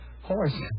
horse